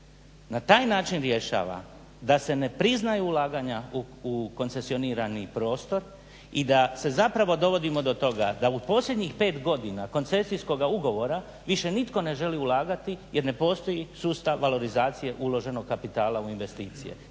na taj način rješava da se ne priznaju ulaganja u koncesionirani prostor i da se zapravo dovodimo do toga da u posljednjih 5 godina koncesijskoga ugovora više nitko ne želi ulagati jer ne postoji sustav valorizacije uloženog kapitala u investicije?